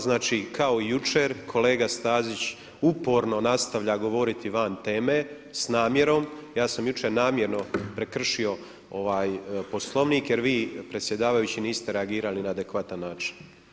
Znači kao i jučer kolega Stazić uporno nastavlja govoriti van teme s namjerom, ja sam jučer namjerno prekršio Poslovnik jer vi predsjedavajući niste reagirali na adekvatan način.